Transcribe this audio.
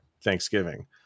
Thanksgiving